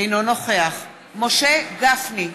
אינו נוכח משה גפני,